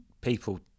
people